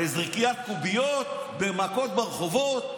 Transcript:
בזריקת קוביות, במכות ברחובות?